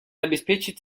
обеспечить